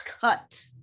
cut